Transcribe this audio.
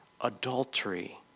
adultery